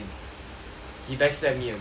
he backstab me again